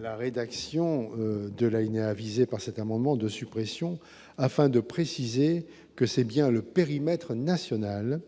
la rédaction de la ligne à visé par cet amendement de suppression afin de préciser que c'est bien le périmètre national